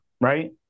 right